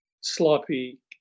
sloppy